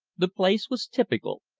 the place was typical.